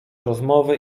rozmowy